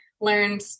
learned